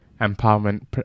empowerment